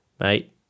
Mate